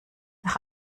nach